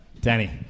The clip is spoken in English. Danny